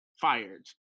fired